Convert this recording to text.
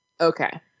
Okay